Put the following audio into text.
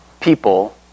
people